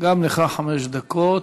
גם לך חמש דקות.